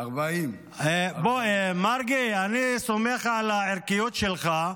40. בוא, מרגי, אני סומך על הערכיות שלך.